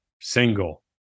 single